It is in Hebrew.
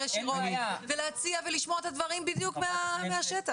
ישירות אליה ולהציע ולשמוע את הדברים בדיוק מהשטח.